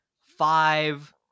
five